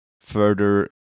further